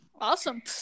Awesome